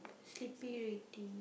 sleepy already